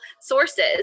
sources